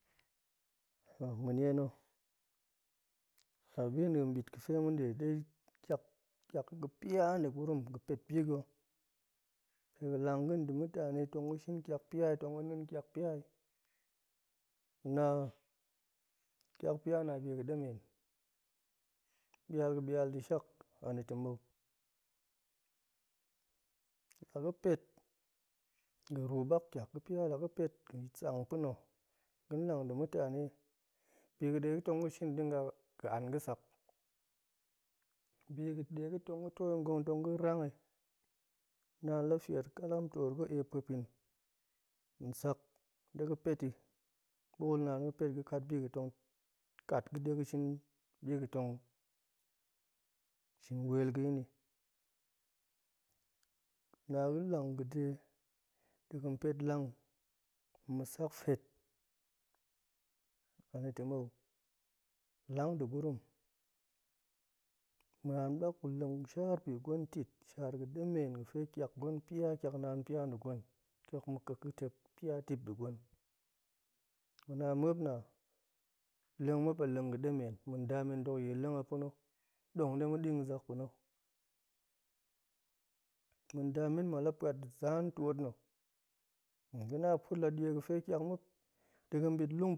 ma̱niena̱ labinɗinbitga̱fema̱nɗe dei, ƙiak, ƙiak ga̱ ga̱pia nda̱ gurum ga̱pet bi ga̱ ga̱langa̱ nda̱ mutane tong ga̱shin ƙiak pia yi tong ga̱ninkiakpia yi-ga̱na, kiakpia na̱ a bi ga̱ɗemen, ɓialga̱ɓial ɓialga̱ɓial nda̱shak anita̱mou laga̱pet, ga̱ruɓak ƙiakga̱pia, laga̱pet ga̱sang pa̱na̱, ga̱nlang nda̱ mutane biga̱ɗega̱ tong ga̱shin dinga, ga̱ an ga̱sak, biga̱ɗe ga̱ tong ga̱ to i ngong tong ga̱ rang i naan la fiel ƙaram ntoor ga̱, eep pa̱pin nsak ɗe ga̱pet i, ɓool naan ga̱pet ga̱kat bi ga̱tong ƙat ga̱ ɗe ga̱shin biga̱tong shin wel ga̱ yin ni, la ga̱n lang ga̱de de ga̱npet lang nma̱sak fiet anita̱mou, lang nda̱gurum ma̱an mop, guleng shaar bigwen ntit, shaar ga̱ɗemen ga̱fe ƙiak gwen pia, ƙiak naan pia nda̱ gwen, ƙiak ma̱ƙeƙga̱tep pia dip nda̱ gwen, guna ma̱op nna̱, leng ma̱op a leng ga̱ɗemen, ma̱n nda men dok yiil leng a pa̱na̱, ɗong ɗe ma̱ ɗing yi zak pa̱na̱, ma̱ndamen ma̱op la pa̱at da̱ zaan twot na̱ tong guna ma̱op kut la nie ga̱pe kiak ma̱op dagan nɓitlung